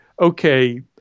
okay